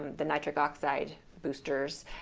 the nitric oxide boosters,